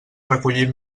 recollir